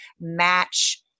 match